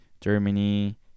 Germany